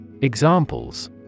Examples